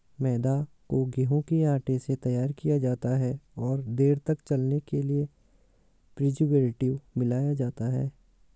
मैदा को गेंहूँ के आटे से तैयार किया जाता है और देर तक चलने के लिए प्रीजर्वेटिव मिलाया जाता है